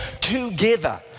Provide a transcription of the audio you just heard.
together